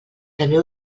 també